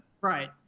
Right